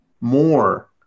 more